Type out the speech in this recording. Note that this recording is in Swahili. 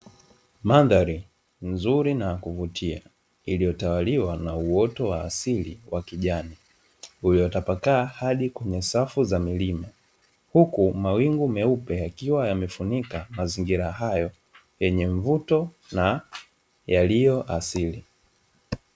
Mandhari nzuri na yenye kuvutia yenye uwoto wa asili wenye rangi ya kijani, uliotapakaa hadi kwenye safu za milima, huku mawingu meupe yakiwa yamefunika mazingira hayo yenye mvuto na yaliyo asili.